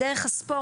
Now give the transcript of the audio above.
דרך הספורט.